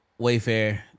Wayfair